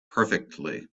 perfectly